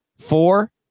Four